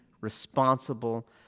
responsible